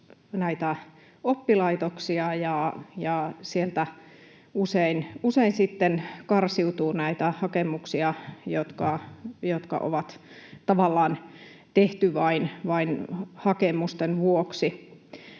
näitä oppilaitoksia, ja sieltä usein sitten karsiutuu näitä hakemuksia, jotka ovat tavallaan tehty vain hakemusten vuoksi.